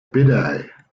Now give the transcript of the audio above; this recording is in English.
bidet